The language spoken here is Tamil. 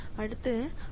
அடுத்து ஐ